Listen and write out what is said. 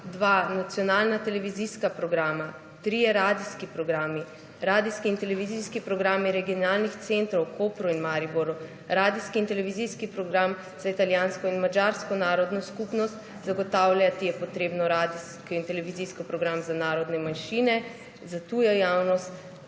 dva nacionalna televizijska programa, trije radijski programi, radijski in televizijski programi regionalnih centrov v Kopru in Mariboru, radijski in televizijski program za italijansko in madžarsko narodno skupnost, zagotavljati je treba radijski in televizijski program za narodne manjšine, za tujo javnost,